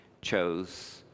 chose